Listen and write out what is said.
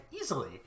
easily